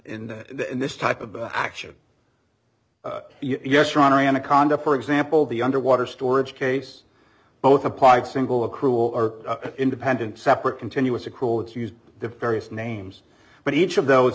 in this type of action yes rahner anaconda for example the underwater storage case both applied single a cruel independent separate continuous accrual it used the various names but each of those